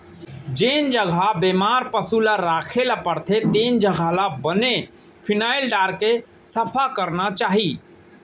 जेन जघा म बेमार पसु ल राखे ल परथे तेन जघा ल बने फिनाइल डारके सफा करना चाही